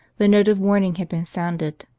the note of warning had been sounded.